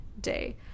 day